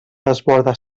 desborda